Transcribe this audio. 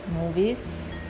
movies